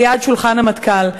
ליד שולחן המטכ"ל.